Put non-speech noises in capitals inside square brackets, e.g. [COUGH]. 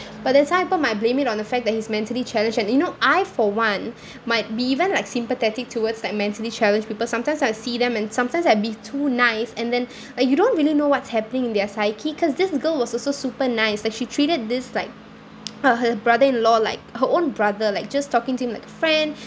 but then some people might blame it on the fact that he's mentally challenged and you know I for one might be even like sympathetic towards like mentally challenged people sometimes I see them and sometimes I'd be too nice and then uh you don't really know what's happening in their psyche cause this girl was also super nice that she treated this like [NOISE] her her brother in law like her own brother like just talking to him like a friend